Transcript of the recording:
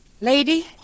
Lady